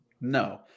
no